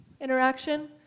Interaction